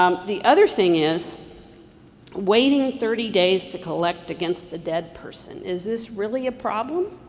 um the other thing is waiting thirty days to collect against the dead person, is this really a problem?